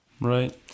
Right